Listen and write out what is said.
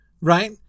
right